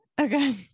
Okay